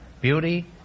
beauty